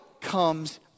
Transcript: comes